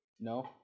No